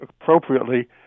appropriately